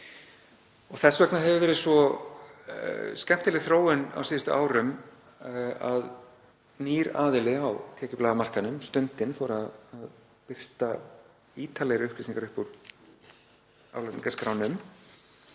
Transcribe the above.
Þess vegna hefur verið svo skemmtileg þróun á síðustu árum þegar nýr aðili á tekjublaðamarkaðnum, Stundin, fór að birta ítarlegri upplýsingar upp úr álagningarskránum,